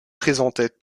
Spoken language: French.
présentaient